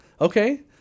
okay